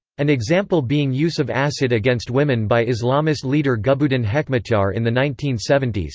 an example being use of acid against women by islamist leader gulbuddin hekmatyar in the nineteen seventy s,